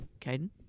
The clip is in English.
Caden